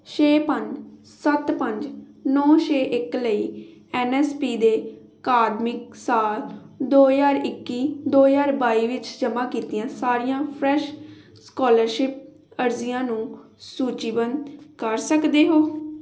ਛੇ ਪੰਜ ਸੱਤ ਪੰਜ ਨੌਂ ਛੇ ਇੱਕ ਲਈ ਐਨ ਐਸ ਪੀ ਦੇ ਅਕਾਦਮਿਕ ਸਾਲ ਦੋ ਹਜ਼ਾਰ ਇੱਕੀ ਦੋ ਹਜ਼ਾਰ ਬਾਈ ਵਿੱਚ ਜਮ੍ਹਾਂ ਕੀਤੀਆਂ ਸਾਰੀਆਂ ਫਰੈਸ਼ ਸਕੋਲਰਸ਼ਿਪ ਅਰਜ਼ੀਆਂ ਨੂੰ ਸੂਚੀਬੱਧ ਕਰ ਸਕਦੇ ਹੋ